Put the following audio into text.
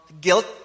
Guilt